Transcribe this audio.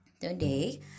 today